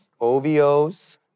OVOs